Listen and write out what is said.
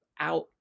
out